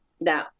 now